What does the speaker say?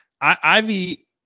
Ivy